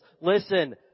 Listen